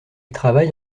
travaille